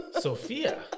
Sophia